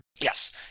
Yes